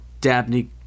Dabney